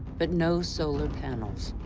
but no solar panels.